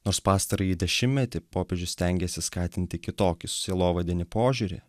nors pastarąjį dešimtmetį popiežius stengiasi skatinti kitokį sielovadinį požiūrį